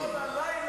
וראה זה פלא,